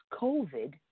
COVID